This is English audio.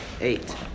eight